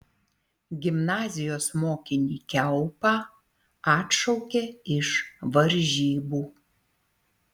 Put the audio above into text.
gimnazijos mokinį kiaupą atšaukė iš varžybų